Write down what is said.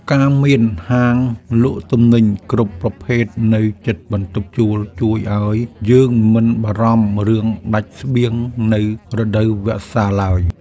ការមានហាងលក់ទំនិញគ្រប់ប្រភេទនៅជិតបន្ទប់ជួលជួយឱ្យយើងមិនបារម្ភរឿងដាច់ស្បៀងនៅរដូវវស្សាឡើយ។